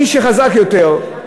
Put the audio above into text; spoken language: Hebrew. מי שחזק יותר,